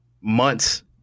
months